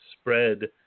spread